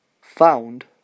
found